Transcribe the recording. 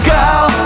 Girl